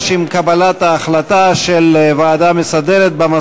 (קוראת בשמות חברי הכנסת) חיים כץ,